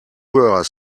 were